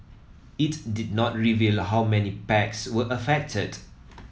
it did not reveal how many packs were affected